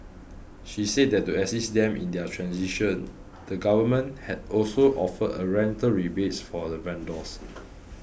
she said that to assist them in their transition the government has also offered a rental rebates for the vendors